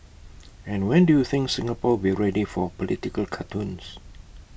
and when do you think Singapore will ready for political cartoons